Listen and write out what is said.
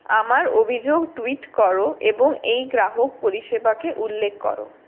আমার অভিযোগ টুইট কর এবং এই গ্রাহক পরিষেবাকে উল্লেখ কর